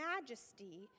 majesty